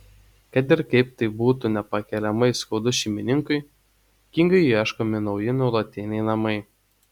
kad ir kaip tai būtų nepakeliamai skaudu šeimininkui kingui ieškomi nauji nuolatiniai namai